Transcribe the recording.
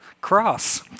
cross